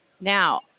Now